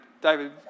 David